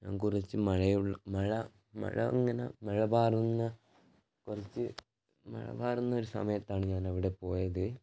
ഞാൻ കുറച്ച് മഴയുള്ള മഴ മഴ അങ്ങനെ മഴ പാറുന്ന കുറച്ച് മഴ പാറുന്ന ഒര് സമയത്താണ് ഞാൻ അവിടെ പോയത്